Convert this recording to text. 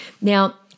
Now